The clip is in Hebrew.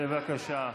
בבקשה,